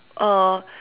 oh